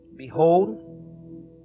Behold